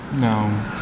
No